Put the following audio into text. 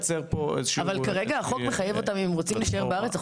אם הם רוצים להישאר בארץ,